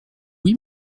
oui